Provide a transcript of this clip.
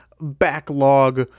backlog